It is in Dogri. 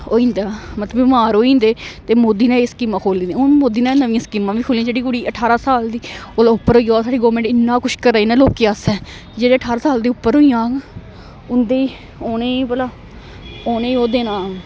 होई जंदा मतलब बमार होई जंदे ते मोदी नेै एह् स्कीमां खोह्ल दियां हून मोदी नेै नमियां स्कीमां बी खोह्लियां जेह्ड़ी कुड़ी अठारां साल दी ओह्दे उप्पर होई जा साढ़ी गौरमेंट इन्ना कुछ करै न लोकें आस्तै जेह्ड़े अठारां साल दी उप्पर होई जाह्ङ उंदे उनें भला उनें ओह् देना